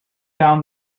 down